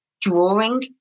drawing